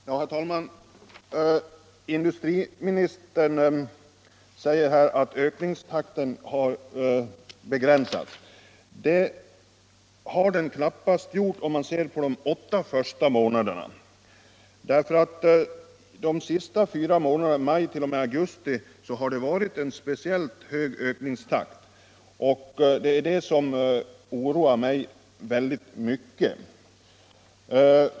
Herr talman! Industriministern säger att ökningstakten har begränsats. Det har den knappast gjort om man ser på de åtta första månaderna i år. Under de sista fyra månaderna av den perioden — maj-augusti — har det nämligen varit en speciellt hög ökningstakt. Det är det som oroar mig väldigt mycket.